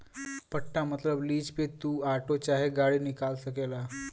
पट्टा मतबल लीज पे तू आटो चाहे गाड़ी निकाल सकेला